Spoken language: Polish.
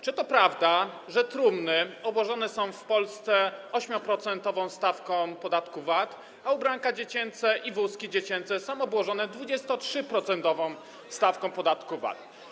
Czy to prawda, że trumny obłożone są w Polsce 8-procentową stawką podatku VAT, a ubranka dziecięce i wózki dziecięce są obłożone 23-procentową stawką podatku VAT?